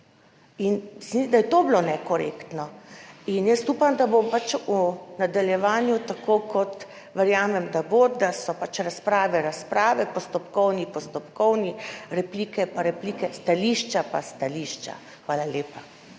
In seveda je to bilo nekorektno in jaz upam, da bo v nadaljevanju tako kot verjamem, da bo, da so pač razprave, razprave, postopkovni postopkovni replike pa replike, stališča pa stališča. Hvala lepa.